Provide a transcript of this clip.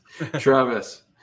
Travis